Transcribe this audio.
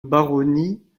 baronnie